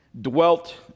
dwelt